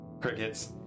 crickets